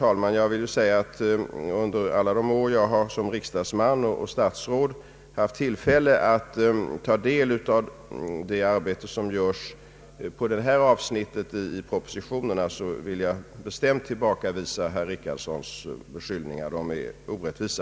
Med hänvisning till vad jag erfarit under alla de år då jag i egenskap av riksdagsman och statsråd haft tillfälle att ta del i det arbete som görs på detta avsnitt i propositionerna vill jag bestämt tillbakavisa herr Rickardsons beskyllningar. De är orättvisa.